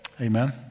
Amen